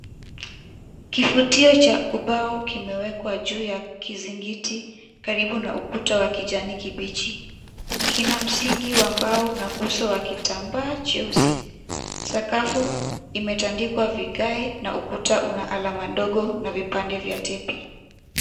Kifutio cha ubao kimewekwa juu ya kizingiti karibu na ukuta wa kijani kibichi. Kina msingi wa mbao na uso wa kitambaa cheusi. Sakafu imetandikwa vigae na ukuta una alama ndogo na vipande vya tape .